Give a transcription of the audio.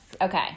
Okay